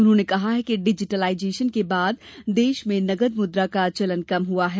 उन्होंने कहा कि डिजिटिलाइजेशन के बाद देश में नगद मुद्रा का चलन कम हुआ है